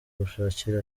gushakira